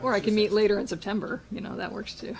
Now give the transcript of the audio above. or i can meet later in september you know that works to